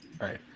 Right